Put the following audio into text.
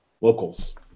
locals